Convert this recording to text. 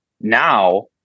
Now